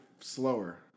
slower